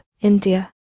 India